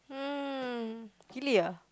um actually ah